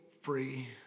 free